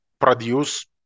produce